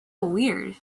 weird